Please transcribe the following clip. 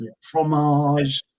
fromage